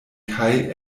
kaj